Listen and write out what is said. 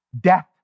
Death